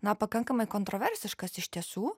na pakankamai kontroversiškas iš tiesų